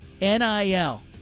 nil